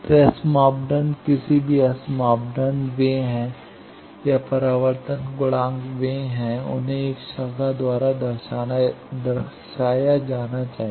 तो एस मापदंड किसी भी एस मापदंड वे हैं या परावर्तन गुणांक वे हैं उन्हें एक शाखा द्वारा दर्शाया जाना चाहिए